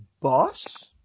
boss